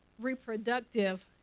reproductive